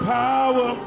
power